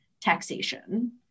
taxation